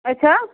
اَچھا